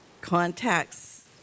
contacts